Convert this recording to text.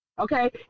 okay